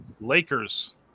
Lakers